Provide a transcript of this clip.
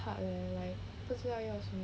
hard leh like 不知道要什么